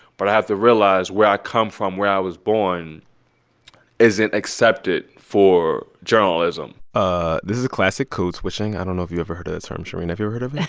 but i have to realize where i come from, where i was born isn't accepted for journalism ah this is classic code switching. i don't know if you ever heard of that term, shereen. have you ever heard of yeah